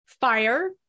Fire